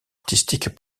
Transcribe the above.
artistiques